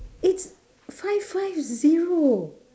it's five five zero